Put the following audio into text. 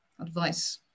advice